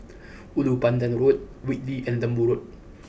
Ulu Pandan Road Whitley and Lembu Road